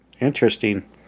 Interesting